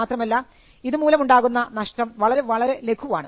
മാത്രമല്ല ഇത് മൂലം ഉണ്ടാകുന്ന നഷ്ടം വളരെ വളരെ ലഘുവാണ്